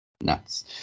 Nuts